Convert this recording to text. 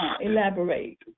elaborate